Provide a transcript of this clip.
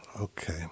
Okay